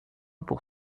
pour